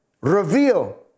reveal